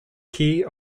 key